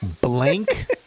blank